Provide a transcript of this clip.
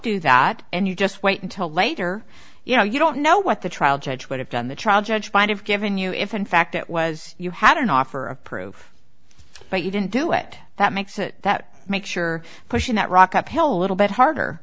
do that and you just wait until later you know you don't know what the trial judge would have done the trial judge fined have given you if in fact that was you had an offer of proof but you didn't do it that makes it that makes your question that rock uphill little bit harder